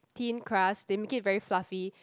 thin crust they make it very fluffy